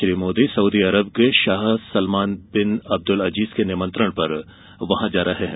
Shri Modi Saudi Arab के शाह Salman bin Abdul Aziz के निमंत्रण पर वहां जा रहे हैं